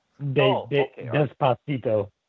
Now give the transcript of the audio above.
Despacito